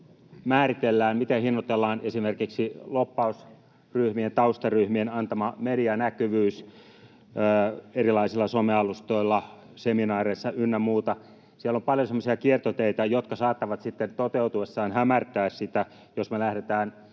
määritellään, miten hinnoitellaan esimerkiksi lobbausryhmien, taustaryhmien antama medianäkyvyys erilaisilla somealustoilla, seminaareissa ynnä muuta? Siellä on paljon semmoisia kiertoteitä, jotka saattavat sitten toteutuessaan hämärtää sitä, jos me lähdetään